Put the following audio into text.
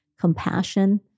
compassion